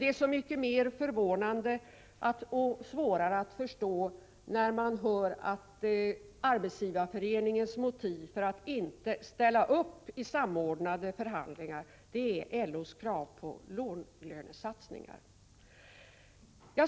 Det är så mycket mera förvånande och svårt att förstå att Arbetsgivareföreningens motiv för att inte ställa upp i samordnade förhandlingar är LO:s krav på låglönesatsningar.